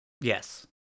Yes